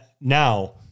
Now